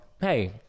Hey